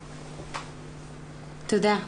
תודה.